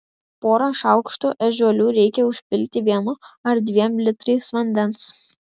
porą šaukštų ežiuolių reikia užpilti vienu ar dviem litrais vandens